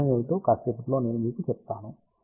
దాని అర్థం ఏమిటో కొద్దిసేపట్లో నేను మీకు చెప్తాను